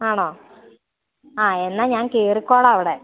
ആണോ ആ എന്നാൽ ഞാൻ കയ്യറിക്കോളാം അവിടെ